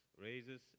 raises